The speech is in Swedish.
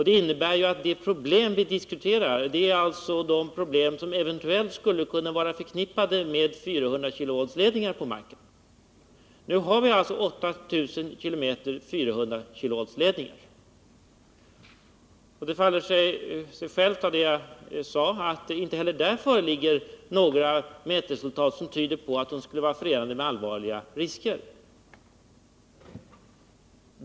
Det innebär att de problem vi diskuterar är sådana som eventuellt skulle kunna vara förknippade med 400-kV-ledningar på marken. Nu har vi alltså 8 000 km 400-kV-ledningar, och av det jag sade faller det sig av sig självt att det inte heller där föreligger några mätresultat som tyder på att dessa skulle vara förenade med allvarliga risker.